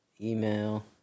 email